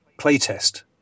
playtest